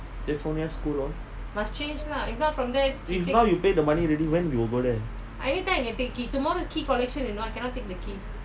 then so near school lor if now you pay the money already then when we will go there